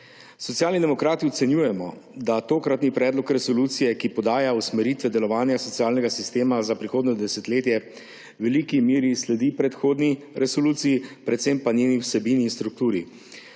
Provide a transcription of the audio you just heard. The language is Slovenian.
Socialni demokrati ocenjujemo, da tokratni predlog resolucije, ki podaja usmeritve delovanja socialnega sistema za prihodnje desetletje, v veliki meri sledi predhodni resoluciji, predvsem pa njeni vsebini in strukturi.